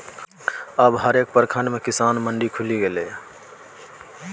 अब हरेक प्रखंड मे किसान मंडी खुलि गेलै ये